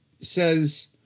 says